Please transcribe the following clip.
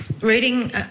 reading